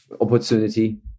opportunity